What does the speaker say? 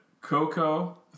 coco